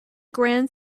grand